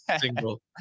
single